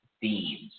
themes